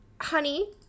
Honey